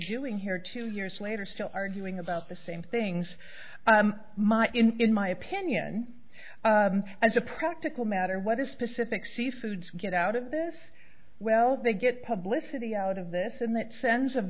doing here two years later still arguing about the same things my in my opinion as a practical matter what is specific seafoods get out of this well they get publicity out of this and that sen